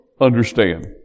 understand